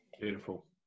Beautiful